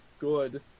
Good